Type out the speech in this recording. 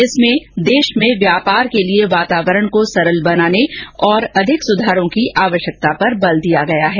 इसमें देश में व्यापार के लिए वातावरण को सरल बनाने और अधिक सुधारों की आवश्यकता पर बल दिया गया है